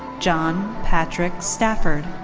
john patrick stafford.